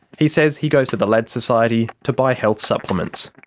he says he goes to the lads society to buy health supplements.